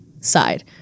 side